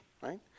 right